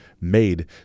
made